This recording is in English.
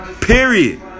Period